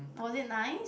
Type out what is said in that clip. was it nice